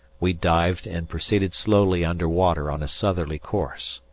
we dived and proceeded slowly under water on a southerly course.